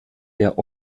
der